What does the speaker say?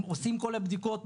עושים את כל הבדיקות,